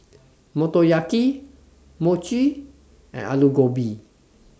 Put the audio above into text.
Motoyaki Mochi and Alu Gobi